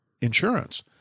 insurance